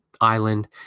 island